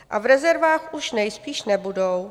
A v rezervách už nejspíš nebudou.